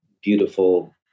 Beautiful